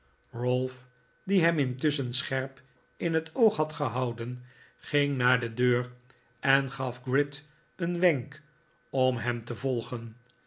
ralph die hem intusschen scherp in het oog had gehouden ging naar de deur en gaf gride een wenk om hem te volgen